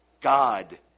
God